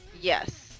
Yes